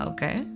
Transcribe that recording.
Okay